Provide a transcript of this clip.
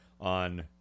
on